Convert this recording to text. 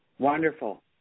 Wonderful